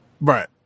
Right